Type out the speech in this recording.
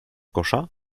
kosza